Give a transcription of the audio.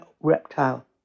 reptile